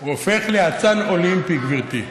הוא הופך לאצן אולימפי, גברתי,